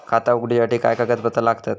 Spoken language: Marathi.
खाता उगडूच्यासाठी काय कागदपत्रा लागतत?